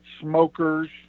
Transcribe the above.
smokers